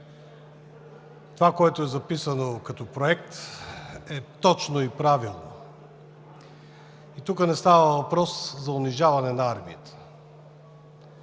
това, което е записано като проект, е точно и правилно. Тук не става въпрос за унижаване на армията.